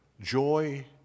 joy